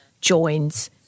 joins